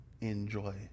enjoy